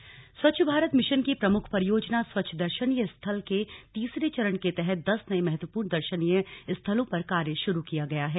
श्रूआत स्वच्छ भारत मिशन की प्रमुख परियोजना स्वच्छ दशर्नीय स्थल के तीसरे चरण के तहत दस नए महत्वपूर्ण दर्शनीय स्थलों पर कार्य शुरू किया गया है